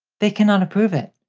they cannot approve it.